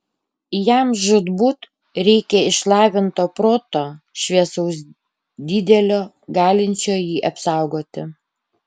jam žūtbūt reikia išlavinto proto šviesaus didelio galinčio jį apsaugoti